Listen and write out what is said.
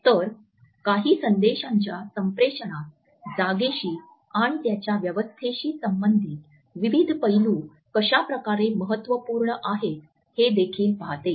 तर काही संदेशांच्या संप्रेषणात जागेशी आणि त्याच्या व्यवस्थेशी संबंधित विविध पैलू कशाप्रकारे महत्त्वपूर्ण आहेत हे देखील पाहते